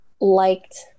liked